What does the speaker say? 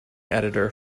editor